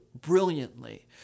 brilliantly